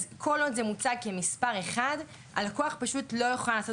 אז כל עוד זה מוצג כמספר אחד הלקוח פשוט לא יוכל לעשות